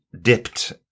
dipped